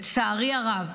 לצערי הרב,